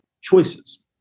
choices